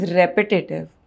repetitive